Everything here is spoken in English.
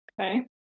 Okay